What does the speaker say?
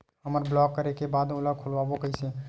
हमर ब्लॉक करे के बाद ओला खोलवाबो कइसे?